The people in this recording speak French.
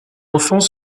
enfants